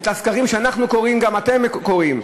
את הסקרים שאנחנו קוראים גם אתם קוראים.